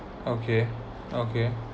okay okay